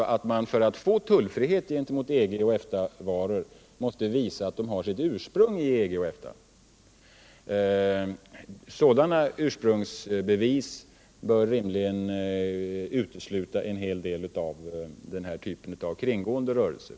För att få tullfrihet för EG och EFTA varor måste man visa att de har sitt ursprung i EG och EFTA. Sådana ursprungsbevis bör rimligen utesluta en hel del av den nämnda typen av kringgående rörelser.